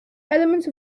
element